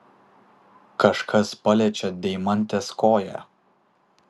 kažkas paliečia deimantės koją